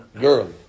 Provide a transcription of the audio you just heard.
girl